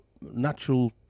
natural